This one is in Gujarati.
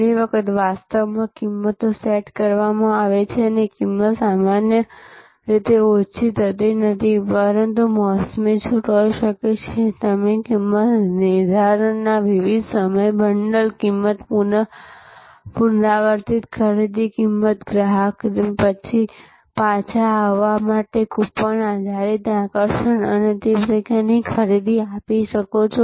ઘણી વખત વાસ્તવમાં કિંમતો સેટ કરવામાં આવે છે અને કિંમત સામાન્ય રીતે ઓછી થતી નથી પરંતુ મોસમી છૂટ હોઈ શકે છે તમે કિંમત નિર્ધારણના વિવિધ સમય બંડલ કિંમત પુનરાવર્તિત ખરીદી કિંમત ગ્રાહકને પાછા આવવા માટે કૂપન આધારિત આકર્ષણ અને તે પ્રકારની ખરીદી આપી શકો છો